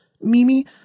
Mimi